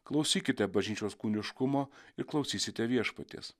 klausykite bažnyčios kūniškumo ir klausysite viešpaties